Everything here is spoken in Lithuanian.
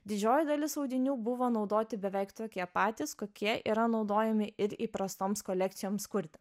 didžioji dalis audinių buvo naudoti beveik tokie patys kokie yra naudojami ir įprastoms kolekcijoms kurti